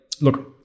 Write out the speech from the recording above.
look